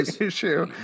issue